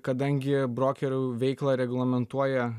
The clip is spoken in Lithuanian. kadangi brokerių veiklą reglamentuoja